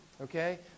okay